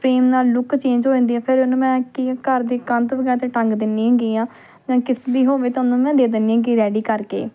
frame ਨਾਲ look change ਹੋ ਜਾਂਦੀ ਆ ਫਿਰ ਉਹਨੂੰ ਮੈਂ ਕੀ ਹੈ ਘਰ ਦੀ ਕੰਧ ਵਗੈਰਾ 'ਤੇ ਟੰਗ ਦਿੰਦੀ ਹੈਗੀ ਹਾਂ ਜਾਂ ਕਿਸੇ ਦੀ ਹੋਵੇ ਤਾਂ ਉਹਨੂੰ ਮੈਂ ਦੇ ਦਿੰਦੀ ਹੈਗੀ ਰੈਡੀ ਕਰਕੇ